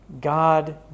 God